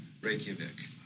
Reykjavik